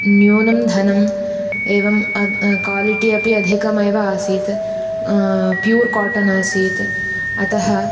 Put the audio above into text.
न्यूनं धनम् एवं तद् कोलिटि अपि अधिकमेव आसीत् प्यूर् कोटन् आसीत् अतः